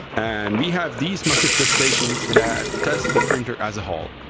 and we have these massive test stations that test the printer as a whole.